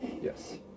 Yes